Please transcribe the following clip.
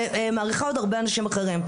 ומעריכה עוד הרבה אנשים אחרים,